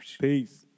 Peace